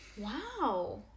Wow